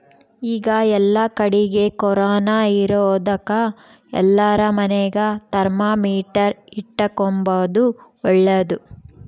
ಈಗ ಏಲ್ಲಕಡಿಗೆ ಕೊರೊನ ಇರೊದಕ ಎಲ್ಲಾರ ಮನೆಗ ಥರ್ಮಾಮೀಟರ್ ಇಟ್ಟುಕೊಂಬದು ಓಳ್ಳದು